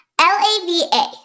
L-A-V-A